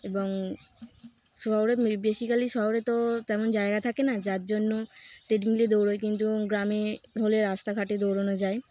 এবং শহরে বেসিক্যালি শহরে তো তেমন জায়গা থাকে না যার জন্য ট্রেড মিলে দৌড়ো কিন্তু গ্রামে হলে রাস্তাঘাটে দৌড়ানো যায়